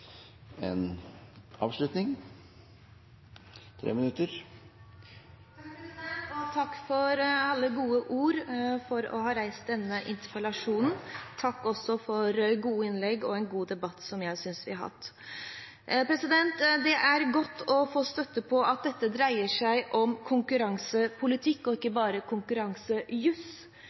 Takk for alle gode ord for å ha reist denne interpellasjonen. Takk også for gode innlegg og en god debatt, som jeg synes vi har hatt. Det er godt å få støtte på at dette dreier seg om konkurransepolitikk og ikke bare